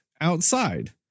outside